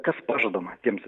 kas pažadama tiems